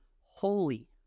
holy